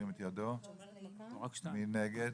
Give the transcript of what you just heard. מי נגד?